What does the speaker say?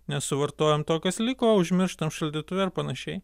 nesuvartojom to kas liko užmirštam šaldytuve ar panašiai